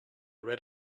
read